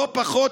לא פחות,